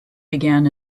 began